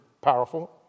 powerful